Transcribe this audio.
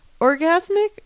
orgasmic